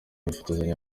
yifotozanya